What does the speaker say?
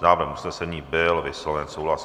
S návrhem usnesení byl vysloven souhlas.